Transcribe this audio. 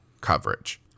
coverage